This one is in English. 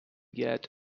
yet